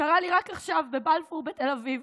קרה לי רק עכשיו, בבלפור בתל אביב.